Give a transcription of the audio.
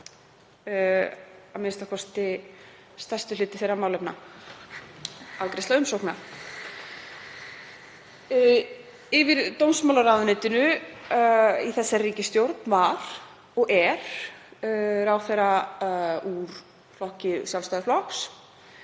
a.m.k. stærstur hluti þeirra málefna, afgreiðsla umsókna. Yfir dómsmálaráðuneytinu í þessari ríkisstjórn var og er ráðherra úr Sjálfstæðisflokki.